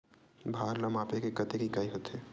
भार ला मापे के कतेक इकाई होथे?